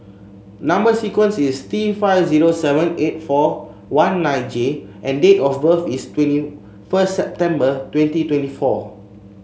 number sequence is T five zero seven eight four one nine J and date of birth is twenty first September twenty twenty four